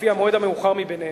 לפי המועד המאוחר ביניהם.